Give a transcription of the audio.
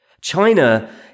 China